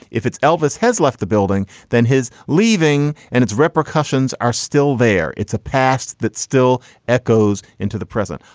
if it's elvis has left the building, then his leaving and it's reprecussions are still there. it's a past that still echoes into the present.